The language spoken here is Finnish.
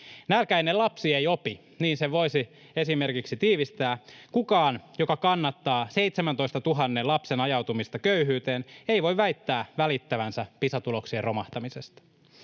Nälkäinen lapsi ei opi — niin sen voisi esimerkiksi tiivistää. Kukaan, joka kannattaa 17 000:n lapsen ajautumista köyhyyteen, ei voi väittää välittävänsä Pisa-tuloksien romahtamisesta.